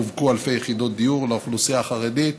שווקו אלפי יחידות דיור לאוכלוסייה החרדית.